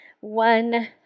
one